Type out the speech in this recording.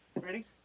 Ready